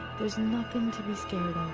there's nothing to be scared